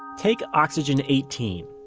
take oxygen eighteen,